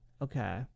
Okay